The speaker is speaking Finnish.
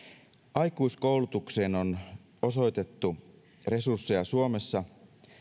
aikuiskoulutukseen on osoitettu resursseja suomessa